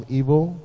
evil